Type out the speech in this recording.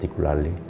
...particularly